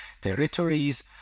territories